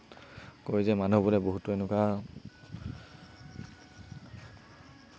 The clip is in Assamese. কয় যে মানুহবোৰে বহুতো এনেকুৱা